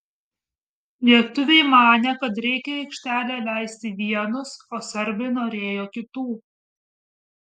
lietuviai manė kad reikia į aikštelę leisti vienus o serbai norėjo kitų